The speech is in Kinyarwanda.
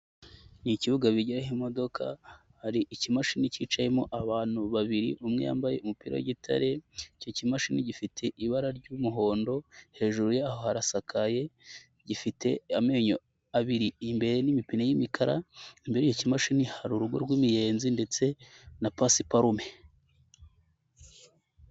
Ni ikibuga bigirahomo, hari ikimashini kicayemo abantu babiri umwe yambaye umupira w'igitare, icyo kimashini gifite ibara ry'umuhondo, hejuru yaho harasakaye, gifite amenyo abiri imbere n'imipine y'imikara, imbere y'cyo kimashini hari urugo rw'imiyenzi ndetse na pasiparume.